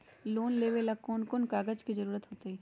Loan लेवेला कौन कौन कागज के जरूरत होतई?